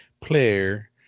player